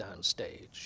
downstage